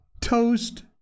Toast